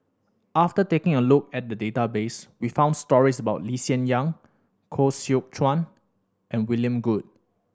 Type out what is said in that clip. after taking a look at the database we found stories about Lee Hsien Yang Koh Seow Chuan and William Goode